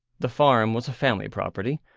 the farm was a family property,